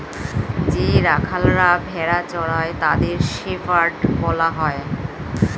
যে রাখালরা ভেড়া চড়ায় তাদের শেপার্ড বলা হয়